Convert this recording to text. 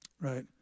Right